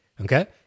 okay